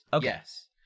yes